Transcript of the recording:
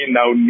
now